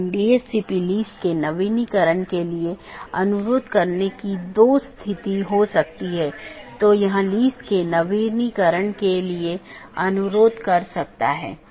इसलिए जब एक बार BGP राउटर को यह अपडेट मिल जाता है तो यह मूल रूप से सहकर्मी पर भेजने से पहले पथ विशेषताओं को अपडेट करता है